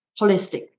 holistic